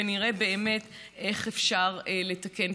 ונראה באמת איך אפשר לתקן.